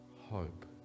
Hope